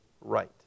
right